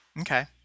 Okay